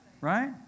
Right